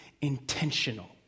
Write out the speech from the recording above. intentional